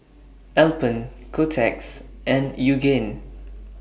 Alpen Kotex and Yoogane